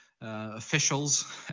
officials